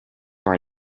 are